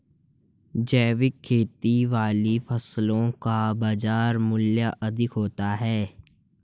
जैविक खेती वाली फसलों का बाजार मूल्य अधिक होता है